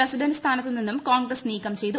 president സ്ഥാനത്തുനിന്നും കോൺഗ്രസ് നീക്കം ചെയ്തു